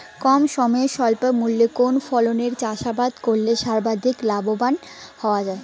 কম সময়ে স্বল্প মূল্যে কোন ফসলের চাষাবাদ করে সর্বাধিক লাভবান হওয়া য়ায়?